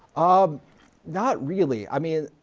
ah not really. i mean,